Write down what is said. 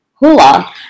Hula